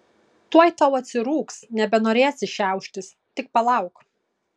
tuoj tau atsirūgs nebenorėsi šiauštis tik palauk